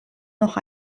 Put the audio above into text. noch